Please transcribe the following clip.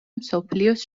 მსოფლიოს